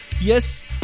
Yes